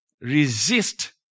resist